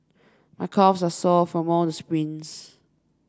my calves are sore from all the sprints